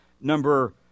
number